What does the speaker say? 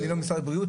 אני לא משרד הבריאות,